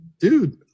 Dude